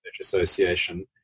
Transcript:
Association